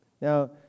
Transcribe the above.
Now